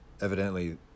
evidently